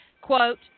quote